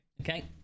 Okay